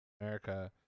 America